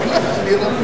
זאב.